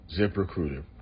ZipRecruiter